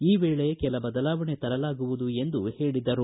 ಈ ವೇಳೆ ಕೆಲ ಬದಲಾವಣೆ ತರಲಾಗುವುದು ಎಂದು ಹೇಳಿದರು